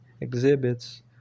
exhibits